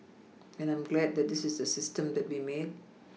and I'm glad that this is the system that we made